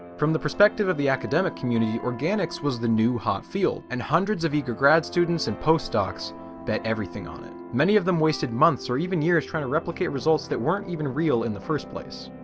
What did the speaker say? from the perspective of the academic community organics was the new hot field and hundreds of eager grad students and postdocs bet everything on it. many of them wasted months or even years trying to replicate results that weren't even real in the first place.